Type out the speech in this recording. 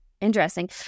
Interesting